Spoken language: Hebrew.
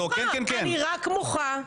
אני רק מוחה.